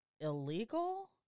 illegal